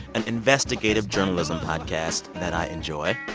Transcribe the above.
an investigative journalism podcast that i enjoy.